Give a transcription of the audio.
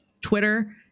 Twitter